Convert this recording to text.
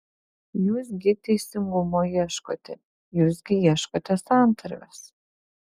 jūs gi teisingumo ieškote jūs gi ieškote santarvės